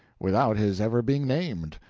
without his ever being named.